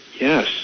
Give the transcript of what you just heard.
yes